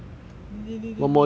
六六六六六六